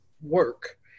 work